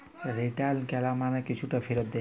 return ক্যরা মালে কিছুকে ফিরত দিয়া